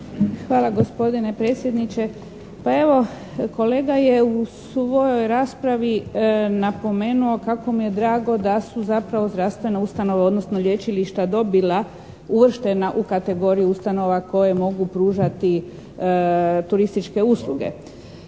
Hvala gospodine predsjedniče. Pa evo kolega je u svojoj raspravi napomenuo kako mu je drago da su zapravo zdravstvene ustanove, odnosno lječilišta dobila, uvrštena u kategoriju ustanova koje mogu pružati turističke usluge.